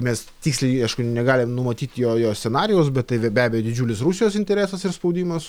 mes tiksliai aišku negalim numatyt jo jo scenarijaus bet tai be abejo didžiulis rusijos interesas ir spaudimas